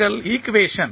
உங்கள் ஈக்குவேஷன்